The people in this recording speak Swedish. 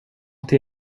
till